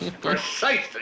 Precisely